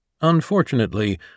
Unfortunately